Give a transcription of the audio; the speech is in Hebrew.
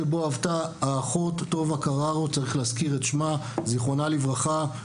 שבו עבדה האחות טובה קררו זיכרונה לברכה,